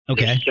Okay